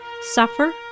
suffer